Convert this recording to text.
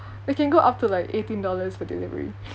we can go up to like eighteen dollars for delivery